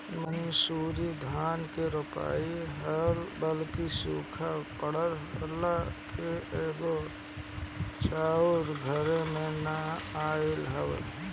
मंसूरी धान रोपाइल रहल ह बाकि सुखा पड़ला से एको चाउर घरे ना आइल हवे